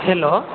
hello